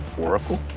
Oracle